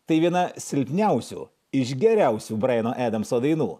tai viena silpniausių iš geriausių brajano adamso dainų